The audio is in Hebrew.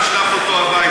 הם הרבה יותר מנוסים מכם,